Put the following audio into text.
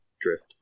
drift